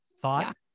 thought